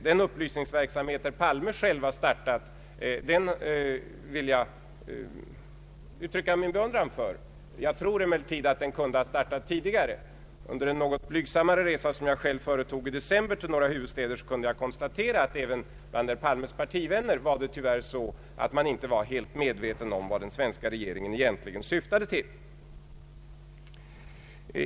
Den upplysningsverksamhet herr Palme själv har startat vill jag uttrycka min beundran för. Jag tror emellertid att den kunde ha startat tidigare. Under en något blygsammare resa som jag själv företog i december till några huvudstäder kunde jag konstatera att det även bland herr Palmes partivänner tyvärr var så att man inte var helt medveten om vad den svenska regeringen egentligen syftade till.